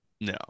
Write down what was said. No